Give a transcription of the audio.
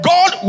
God